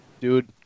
Dude